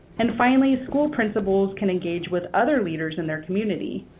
and finally, school principals can engage with other leaders in their community.